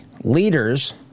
leaders